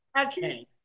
okay